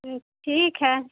ٹھیک ہے